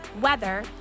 weather